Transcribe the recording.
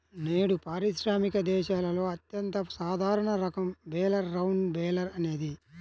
నేడు పారిశ్రామిక దేశాలలో అత్యంత సాధారణ రకం బేలర్ రౌండ్ బేలర్ అనేది